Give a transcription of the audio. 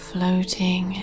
floating